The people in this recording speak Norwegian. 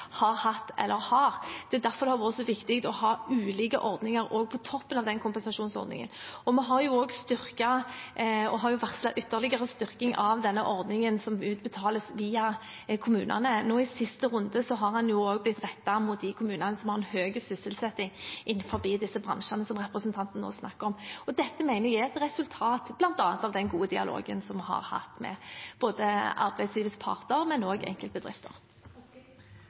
har hatt eller har. Det er derfor det har vært så viktig å ha ulike ordninger også på toppen av den kompensasjonsordningen. Vi har også styrket og varslet ytterligere styrking av ordningen som utbetales via kommunene. Nå i siste runde har den også blitt rettet mot de kommunene som har en høy sysselsetting innenfor de bransjene som representanten nå snakker om. Dette mener jeg er et resultat av bl.a. den gode dialogen vi har hatt med både arbeidslivets parter og enkeltbedrifter.